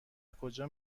کجا